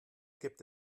gibt